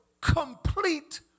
complete